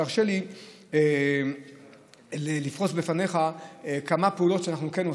תרשה לי לפרוס בפניך כמה פעולות שאנחנו כן עושים.